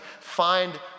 find